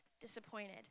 disappointed